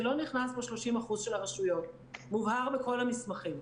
זה לא נכנס ב-30% של הרשויות מובהר בכל המסמכים.